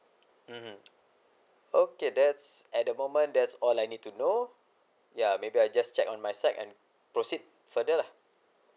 mmhmm okay that's at the moment that's all I need to know ya maybe I just check on my side and proceed further lah